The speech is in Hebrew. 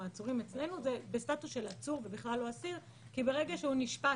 העצורים אצלנו זה בסטטוס של עצור ובכלל לא אסיר כי ברגע שהוא נשפט,